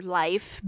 life